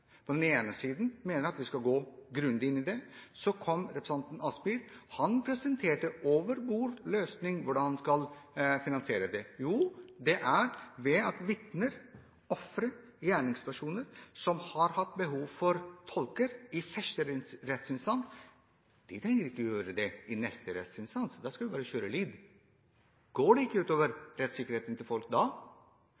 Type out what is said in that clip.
på den ene siden at vi skal gå grundig inn i det. Så kom representanten Kielland Asmyhr og presenterte over bordet en løsning på hvordan man kan finansiere det. Det er ved at vitner, ofre og gjerningspersoner som har hatt behov for tolker i første rettsinstans, ikke trenger det i neste rettsinstans. Da skal man bare kjøre lyd. Går ikke det